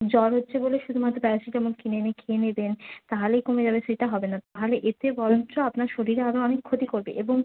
জ্বর হচ্ছে বলে শুধুমাত্র প্যারাসিটামল কিনে এনে খেয়ে নেবেন তাহলেই কমে যাবে সেটা হবে না আর এতে বরঞ্চ আপনার শরীরে আরও অনেক ক্ষতি করবে এবং